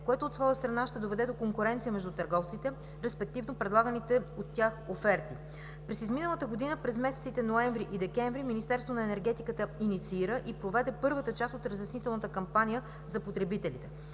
което от своя страна ще доведе до конкуренция между търговците, респективно предлаганите от тях оферти. През изминалата година – през месеците ноември и декември, Министерството на енергетиката инициира и проведе първата част от разяснителната кампания за потребителите.